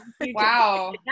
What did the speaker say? Wow